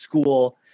school